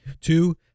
Two